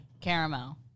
caramel